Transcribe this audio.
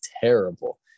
terrible